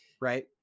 Right